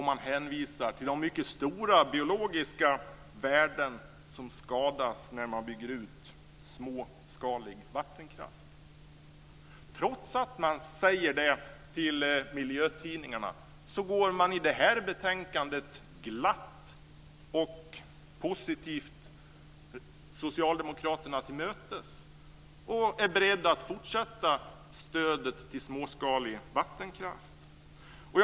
Man hänvisar till de mycket stora biologiska värden som skadas när småskalig vattenkraft byggs ut. Trots att man säger det till miljötidningarna går man i det här betänkandet glatt och positivt socialdemokraterna till mötes och är beredd att fortsätta med stödet till småskalig vattenkraft.